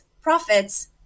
profits